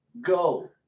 Go